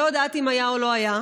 לא יודעת כרגע אם היה או לא היה,